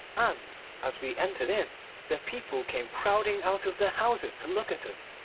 and as we entered in the people came crowding out of the houses to look at us,